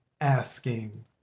asking